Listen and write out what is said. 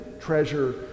treasure